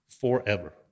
forever